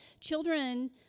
children